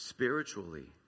Spiritually